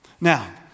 Now